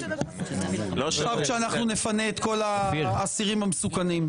כשאנחנו נפנה את כל האסירים המסוכנים.